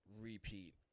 repeat